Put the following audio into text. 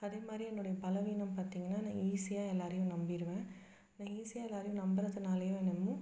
அதேமாதிரி என்னுடைய பலவீனம் பார்த்தீங்கன்னா நான் ஈஸியாக எல்லோரையும் நம்பிடுவேன் நான் ஈஸியாக எல்லோரையும் நம்புறதுனாலேயோ என்னமோ